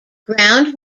ground